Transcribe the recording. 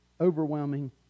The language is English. overwhelming